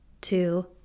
two